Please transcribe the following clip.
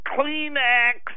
Kleenex